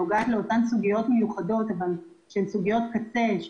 סוגיה שנוגעת לאותן סוגיות מיוחדות כגון חיסיון